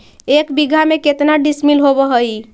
एक बीघा में केतना डिसिमिल होव हइ?